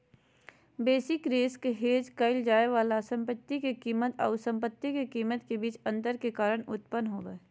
basis risk hedge क़इल जाय वाला संपत्ति के कीमत आऊ संपत्ति के कीमत के बीच अंतर के कारण उत्पन्न होबा हइ